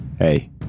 Hey